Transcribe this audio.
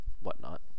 whatnot